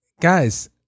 Guys